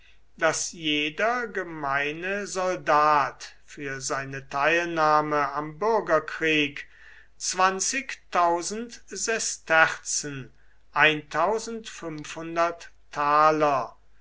daß jeder gemeine soldat für seine teilnahme am bürgerkrieg sesterzen